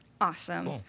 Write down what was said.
Awesome